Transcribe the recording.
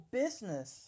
business